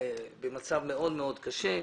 במצב מאוד מאוד קשה.